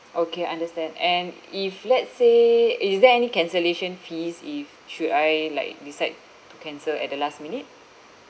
okay understand and if let's say i~ is there any cancellation fees if should I like decide to cancel at the last minute